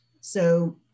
So-